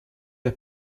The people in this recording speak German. der